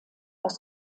aus